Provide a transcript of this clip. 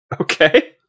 Okay